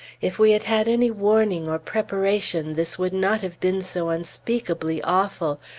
if we had had any warning or preparation, this would not have been so unspeakably awful.